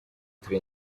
turi